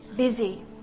Busy